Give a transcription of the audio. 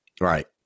Right